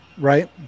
right